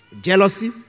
jealousy